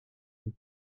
vous